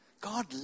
god